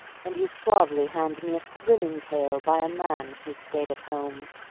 and you suavely hand me a thrilling tale by a man who stayed at home.